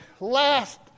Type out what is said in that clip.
last